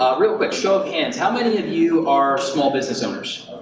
ah real quick, show of hands, how many of you are small business owners?